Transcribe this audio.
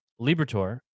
Libertor